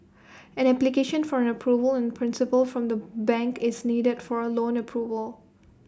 an application for an approval in principle from the bank is needed for loan approval